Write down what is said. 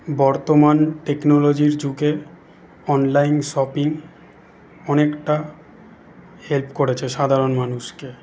বর্তমান টেকনোলজির যুগে অনলাইন শপিং অনেকটা হেল্প ক রেছে সাধারণ মানুষকে